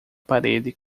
parede